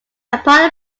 upon